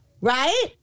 right